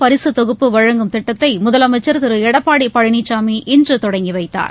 பரிசு தொகுப்பு வழங்கும் திட்டத்தை முதலமைச்சா் திரு எடப்பாடி பழனிசாமி இன்று தொடங்கி வைத்தார்